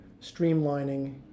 streamlining